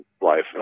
life